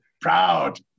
Proud